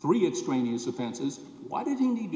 three extraneous offenses why did